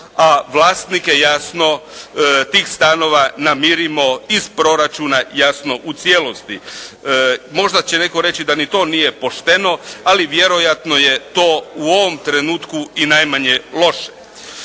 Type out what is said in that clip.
a vlasnike, jasno tih stanova namirimo iz proračuna, jasno u cijelosti. Možda će netko reći da ni to nije pošteno, ali vjerojatno je to u ovom trenutku i najmanje loše.